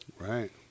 Right